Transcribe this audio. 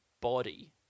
body